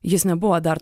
jis nebuvo dar